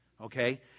okay